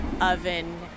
oven